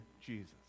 Jesus